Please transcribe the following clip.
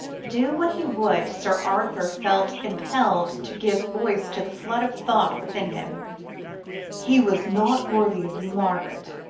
do what he would, sir arthur felt impelled to give voice to the flood of thought within him he was not worthy of you, margaret.